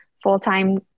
full-time